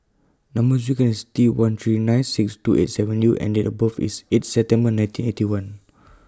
Number sequence IS T one three nine six two eight seven U and Date of birth IS eight September nineteen Eighty One